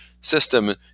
system